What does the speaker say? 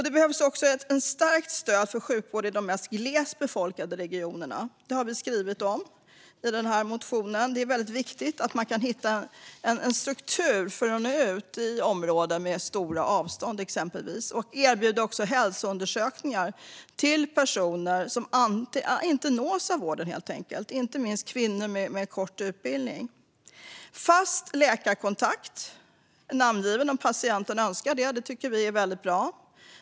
Det behövs ett starkt stöd för sjukvård i de mest glest befolkade regionerna. Det har vi skrivit om i vår motion. Det är viktigt att hitta en struktur för att nå ut i områden med stora avstånd och erbjuda hälsoundersökningar till personer som inte nås av vården, inte minst kvinnor med kort utbildning. En fast läkarkontakt, namngiven om patienten önskar det, tycker vi är bra.